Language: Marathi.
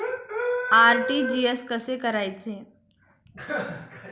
आर.टी.जी.एस कसे करायचे?